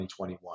2021